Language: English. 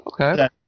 Okay